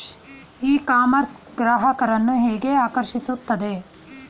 E commerce ಗ್ರಾಹಕರನ್ನು ಹೇಗೆ ಆಕರ್ಷಿಸುತ್ತದೆ?